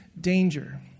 danger